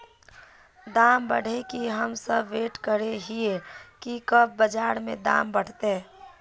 दाम बढ़े के हम सब वैट करे हिये की कब बाजार में दाम बढ़ते?